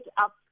up